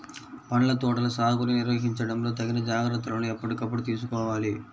పండ్ల తోటల సాగుని నిర్వహించడంలో తగిన జాగ్రత్తలను ఎప్పటికప్పుడు తీసుకోవాలి